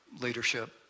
leadership